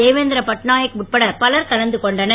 தேவேந்திர பட்நாயக் உட்பட பலர் கலந்து கொண்டனர்